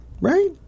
Right